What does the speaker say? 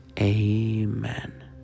Amen